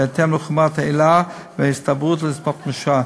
בהתאם לחומרת העילה וההסתברות להתממשותה: